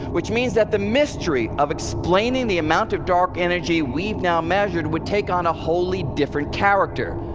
which means that the mystery of explaining the amount of dark energy we've now measured would take on a wholly different character.